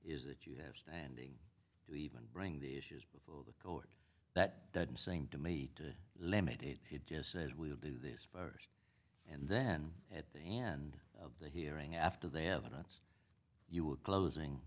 is that you have standing to even bring the issues before a court that doesn't seem to me to limit it it just says we'll do this for us and then at the end of the hearing after they have announced you were closing